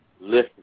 listen